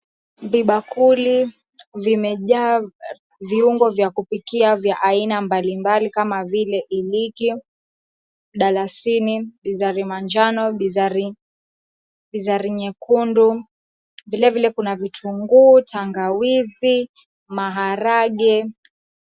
Vibakuli vimejaa viungo vya kupikia vya aina mbalimbali kama vile iliki, dalasini, bizari manjano, bizari nyekundu. Vile vile kuna vitunguu, tangawizi, maharage.